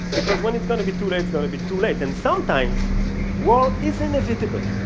because when it's going to be too late, it's going to be too late. and sometimes war is inevitable,